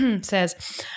says